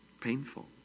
Painful